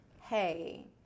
hey